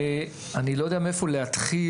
אני לא יודע מאיפה להתחיל,